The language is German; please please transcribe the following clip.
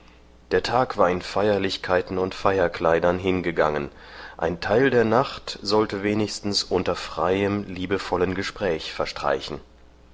der tag war in feierlichkeiten und feierkleidern hingegangen ein teil der nacht sollte wenigstens unter freiem liebevollem gespräch verstreichen